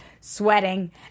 sweating